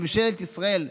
שבממשלת ישראל,